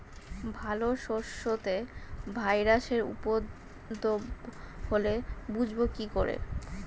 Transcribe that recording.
ডাল শস্যতে ভাইরাসের উপদ্রব হলে বুঝবো কি করে?